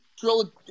drill